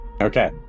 Okay